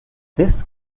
this